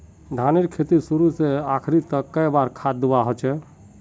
धानेर खेतीत शुरू से आखरी तक कई बार खाद दुबा होचए?